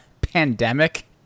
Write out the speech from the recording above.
pandemic